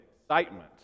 excitement